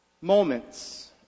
moments